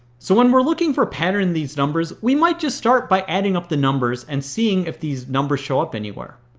so, when we are looking for patterns in these numbers, we might just start by adding up the numbers and seeing if these numbers show up anywhere.